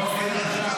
אין תקנון פה?